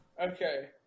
Okay